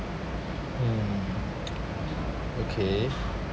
mm okay